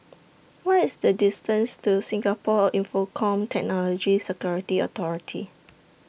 What IS The distance to Singapore Infocomm Technology Security Authority